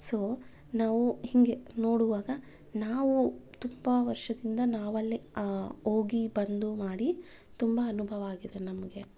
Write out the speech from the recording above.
so ನಾವು ಹೀಗೆ ನೋಡುವಾಗ ನಾವು ತುಂಬ ವರ್ಷದಿಂದ ನಾವಲ್ಲೆ ಹೋಗಿ ಬಂದು ಮಾಡಿ ತುಂಬ ಅನುಭವ ಆಗಿದೆ ನಮಗೆ